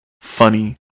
Funny